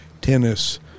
tennis